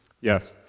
Yes